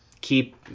keep